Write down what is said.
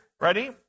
ready